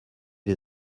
des